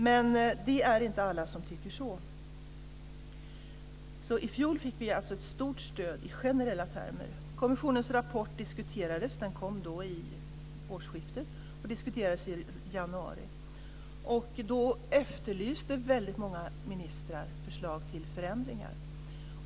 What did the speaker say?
Men det är inte alla som tycker så. I fjol fick vi alltså ett stort stöd i generella termer. Kommissionens rapport kom vid årsskiftet och diskuterades i januari. Då efterlyste väldigt många ministrar förslag till förändringar.